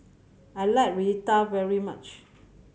I like Raita very much